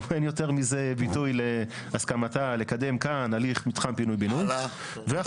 אין ביטוי להסכמתה לקדם כאן הליך מתחם פינוי בינוי יותר.